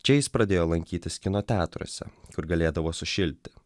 čia jis pradėjo lankytis kino teatruose kur galėdavo sušilti